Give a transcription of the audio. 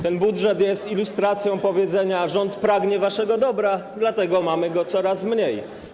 Ten budżet jest ilustracją powiedzenia: rząd pragnie waszego dobra, dlatego mamy go coraz mniej.